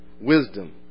Wisdom